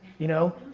you know.